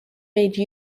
made